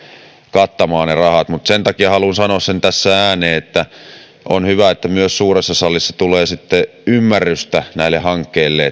kattamaan mutta haluan sanoa sen tässä ääneen sen takia että on hyvä että myös suuressa salissa tulee sitten ymmärrystä näille hankkeille